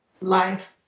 life